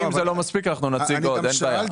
אם זה לא מספיק אנחנו נציג עוד, אין בעיה.